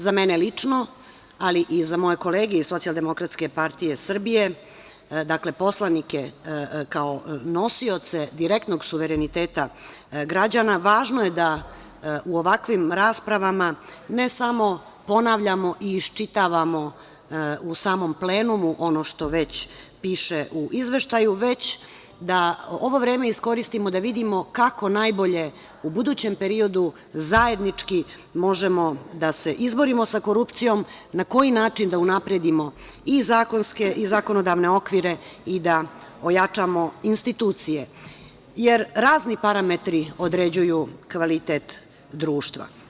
Za mene lično, ali i za moje kolege iz Socijaldemokratske partije Srbije, dakle, poslanike kao nosioce direktnog suvereniteta građana, važno je da u ovakvim raspravama ne samo ponavljamo i iščitavamo u samom plenumu ono što već piše u izveštaju, već da ovo vreme iskoristimo da vidimo kako najbolje u budućem periodu zajednički možemo da se izborimo sa korupcijom, na koji način da unapredimo i zakonske i zakonodavne okvire i da ojačamo institucije, jer razni parametri određuju kvalitet društva.